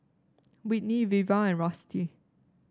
Whitney Veva and Rusty